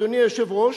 אדוני היושב-ראש,